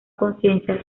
conciencia